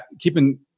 keeping